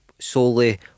solely